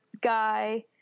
guy